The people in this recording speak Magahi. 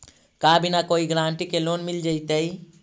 का बिना कोई गारंटी के लोन मिल जीईतै?